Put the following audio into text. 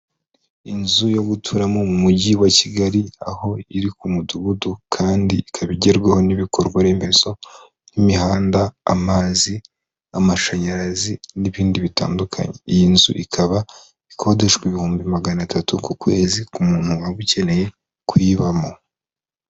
Inzu yo guturamo mu mujyi wa Kigali, aho iri ku mudugudu kandi ikaba igerwaho n'ibikorwa remezo nk'imihanda, amazi, amashanyarazi n'ibindi bitandukanye, iyi nzu ikaba ikodeshwa ibihumbi magana tatu ku kwezi k'umuntu waba ukeneye kuyibamo.